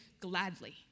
gladly